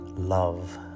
Love